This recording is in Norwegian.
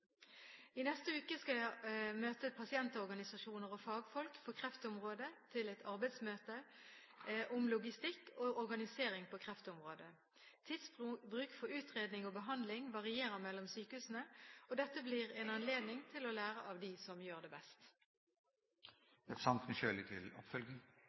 I neste uke skal jeg møte pasientorganisasjoner og fagfolk på kreftområdet til et arbeidsmøte om logistikk og organisering på kreftområdet. Tidsbruk for utredning og behandling varierer mellom sykehusene, og dette blir en anledning til å lære av dem som gjør det best.